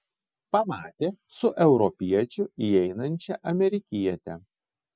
pamatė su europiečiu įeinančią amerikietę